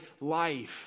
life